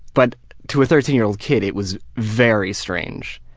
but to a thirteen year old kid it was very strange.